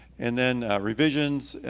and then revisions,